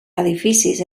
edificis